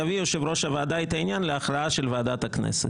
יביא יושב ראש הוועדה את העניין להכרעה של ועדת הכנסת.